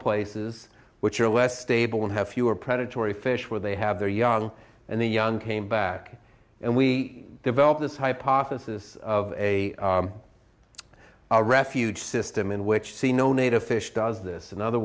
places which are less stable and have fewer predatory fish where they have their young and the young came back and we developed this hypothesis of a our refuge system in which see no native fish does this in other